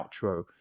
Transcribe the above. outro